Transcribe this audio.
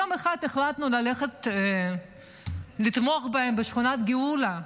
יום אחד החלטנו ללכת לתמוך בהם בשכונת גאולה,